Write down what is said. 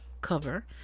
cover